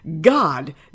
God